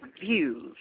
views